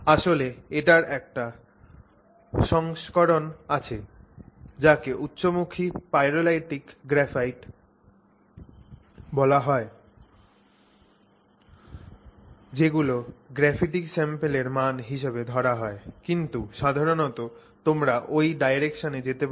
আসলে এটার একটা সংস্করণ আছে যাকে উচ্চমুখী পাইরোলাইটিক গ্রাফাইট বলা হয় যেগুলো গ্রাফিটিক স্যাম্পলের মান হিসেবে ধরা হয় কিন্তু সাধারনত তোমরা ওই ডাইরেকশনে যেতে পারো